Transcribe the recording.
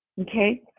Okay